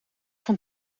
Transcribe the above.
van